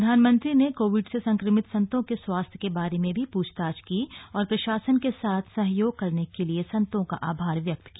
प्रधानमंत्री ने कोविड से संक्रमित संतों के स्वास्थ्य के बारे में भी प्छताछ की और प्रशासन के साथ सहयोग करने के लिए संतों का आभार व्यक्त किया